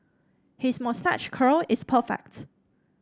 his moustache curl is perfect